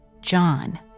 John